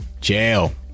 Jail